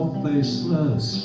faceless